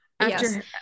Yes